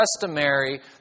customary